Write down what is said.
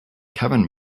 kevin